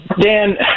Dan